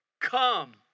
Come